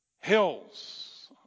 hills